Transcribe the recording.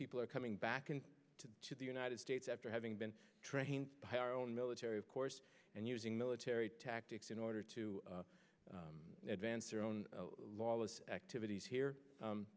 people are coming back to the united states after having been trained by our own military of course and using military tactics in order to advance their own lawless activities here